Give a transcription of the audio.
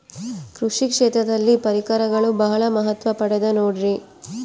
ಕೃಷಿ ಕ್ಷೇತ್ರದಲ್ಲಿ ಪರಿಕರಗಳು ಬಹಳ ಮಹತ್ವ ಪಡೆದ ನೋಡ್ರಿ?